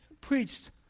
preached